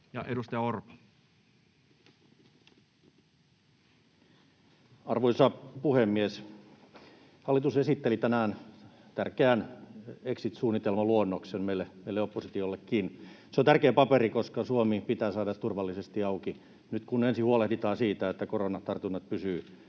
Content: Arvoisa puhemies! Hallitus esitteli tänään tärkeän exit-suunnitelmaluonnoksen meille oppositiollekin. Se on tärkeä paperi, koska Suomi pitää saada turvallisesti auki, nyt kun ensin huolehditaan siitä, että koronatartunnat pysyvät